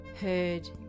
heard